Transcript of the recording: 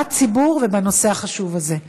בציבור ובנושא החשוב הזה.